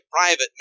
private